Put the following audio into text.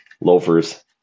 loafers